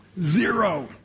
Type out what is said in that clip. Zero